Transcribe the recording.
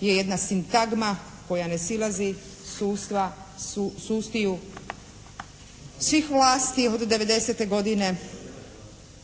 je jedna sintagma koja ne silazi s ustiju svih vlasti od devedesete godine.